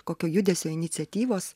kokio judesio iniciatyvos